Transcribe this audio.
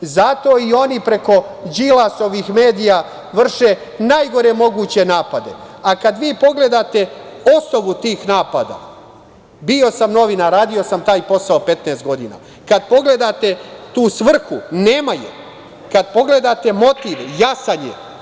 Zato i oni preko Đilasovih medija vrše najgore moguće napade, a kada vi pogledate osnovu tih napada, bio sam novinar, radio sam taj posao 15 godina, kada pogledate tu svrhu – nema je, kada pogledate motiv – jasan je.